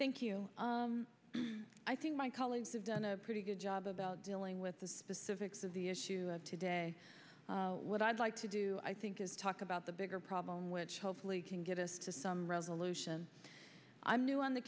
thank you i think my colleagues have done a pretty good job about dealing with the specifics of the issue today what i'd like to do i think is talk about the bigger problem which hopefully can get us to some resolution i'm new on the